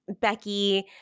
Becky